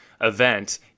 event